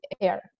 air